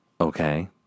Okay